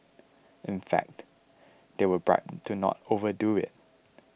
in fact they were bribed to not overdo it